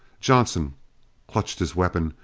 johnson clutched his weapon,